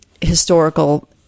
historical